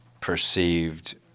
perceived